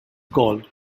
called